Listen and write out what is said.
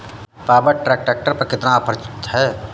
Power track tractor पर कितना offer है?